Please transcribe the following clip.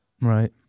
Right